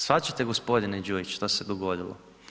Shvaćate gospodine Đujić što se dogodilo?